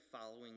following